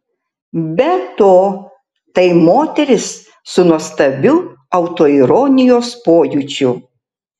be to tai moteris su nuostabiu autoironijos pojūčiu